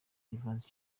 igifaransa